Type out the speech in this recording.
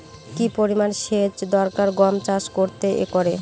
কি পরিমান সেচ দরকার গম চাষ করতে একরে?